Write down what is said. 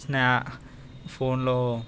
నచ్చిన ఫోన్లో